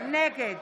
נגד